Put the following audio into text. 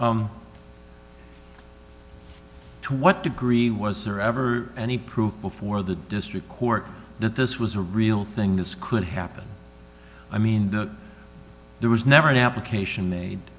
to what degree was there ever any proof before the district court that this was a real thing this could happen i mean there was never an application made